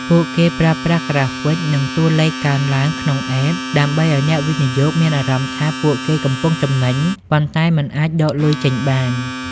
ពួកគេប្រើប្រាស់ក្រាហ្វិក និងតួលេខកើនឡើងក្នុង App ដើម្បីឱ្យអ្នកវិនិយោគមានអារម្មណ៍ថាពួកគេកំពុងចំណេញ ប៉ុន្តែមិនអាចដកលុយចេញបាន។